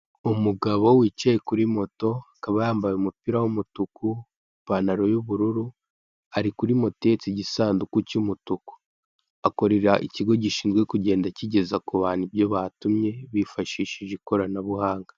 Umugabo wicaye kuri moto, akaba yambaye umupira w'umutuku, ipantaro y'ubururu, ari kuri moto ihetse igisanduku cy'umutuku, akorera ikigo gishinzwe kugenda kigeza ku bantu ibyo batumye bifashishije ikoranabuhanga.